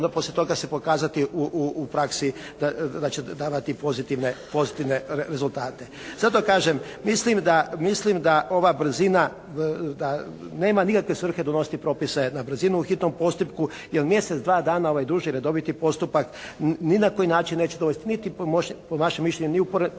poslije toga se pokazati u praksi da će davati pozitivne rezultate? Zato kažem, mislim da ova brzina, da nema nikakve svrhe donositi propise na brzinu, u hitnom postupku, jer mjesec, dva dana ovaj duži, redoviti postupak ni na koji način neće dovesti niti po vašem mišljenju, ni do